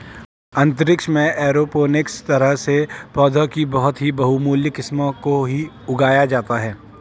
अंतरिक्ष में एरोपोनिक्स तरह से पौधों की बहुत ही बहुमूल्य किस्मों को ही उगाया जाता है